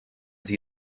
sie